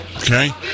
Okay